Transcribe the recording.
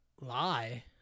lie